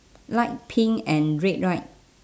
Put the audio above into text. light pink and red right